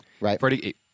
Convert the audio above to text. Right